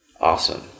Awesome